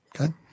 okay